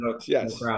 Yes